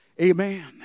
Amen